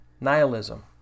Nihilism